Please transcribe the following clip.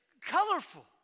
colorful